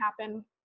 happen